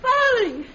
Falling